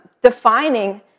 defining